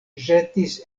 ĵetis